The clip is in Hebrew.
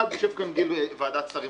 א', יושב כאן גיל מוועדת שרים.